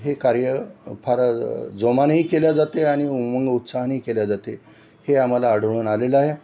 हे कार्य फार जोमानेही केल्या जाते आ आणि उमंग उत्साहानेही केले जाते हे आम्हाला आढळून आलेलं आहे